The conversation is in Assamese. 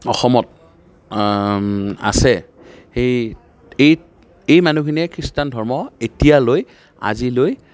অসমত আছে এই এই এই মানুহখিনিয়ে খ্ৰীষ্টান ধৰ্ম এতিয়ালৈ আজিলৈ